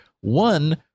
one